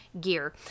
gear